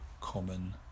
common